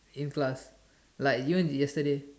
A plus like even yesterday